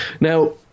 Now